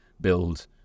build